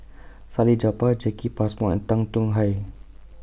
Salleh Japar Jacki Passmore and Tan Tong Hye